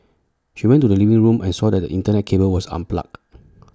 she went to the living room and saw that the Internet cable was unplugged